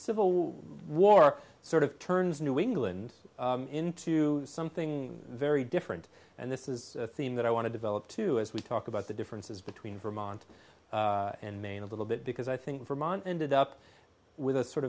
civil war sort of turns new england into something very different and this is a theme that i want to develop too as we talk about the differences between vermont and maine a little bit because i think vermont ended up with a sort